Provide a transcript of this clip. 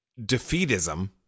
defeatism